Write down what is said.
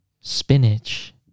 Spinach